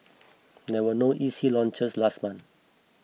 there were no E C launches last month